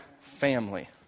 family